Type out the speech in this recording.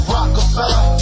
Rockefeller